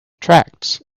tracts